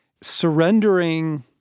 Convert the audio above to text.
surrendering